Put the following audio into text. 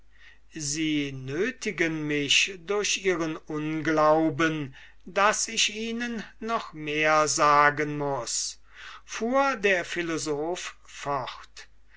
sie nötigen mich durch ihren unglauben daß ich ihnen noch mehr sagen muß fuhr der